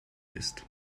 ist